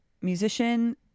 musician